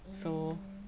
mmhmm